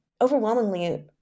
Overwhelmingly